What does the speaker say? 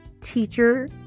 teacher